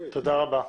תודה רבה.